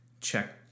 check